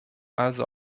also